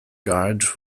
guard